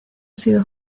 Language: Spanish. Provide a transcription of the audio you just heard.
sido